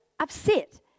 upset